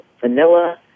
vanilla